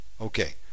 Okay